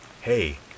Hey